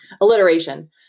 Alliteration